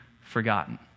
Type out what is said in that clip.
forgotten